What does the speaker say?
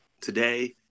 Today